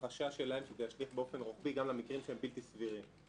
החשש שלהם הוא שזה ישליך באופן רוחבי גם למקרים שהם בלתי סבירים.